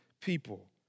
people